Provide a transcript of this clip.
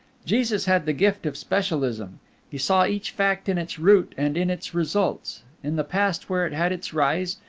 jesus had the gift of specialism he saw each fact in its root and in its results, in the past where it had its rise,